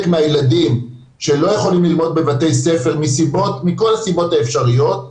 מהילדים שלא יכולים ללמוד בבתי ספר מכל הסיבות האפשריות,